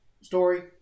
story